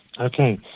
Okay